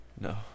no